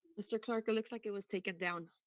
mr. clark, it looks like it was taken down.